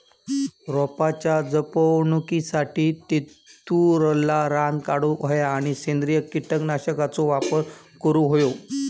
रोपाच्या जपणुकीसाठी तेतुरला रान काढूक होया आणि सेंद्रिय कीटकनाशकांचो वापर करुक होयो